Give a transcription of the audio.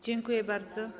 Dziękuję bardzo.